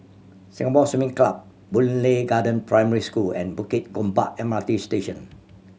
Singapore Swimming Club Boon Lay Garden Primary School and Bukit Gombak M R T Station